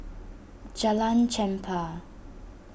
Jalan Chempah